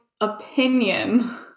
opinion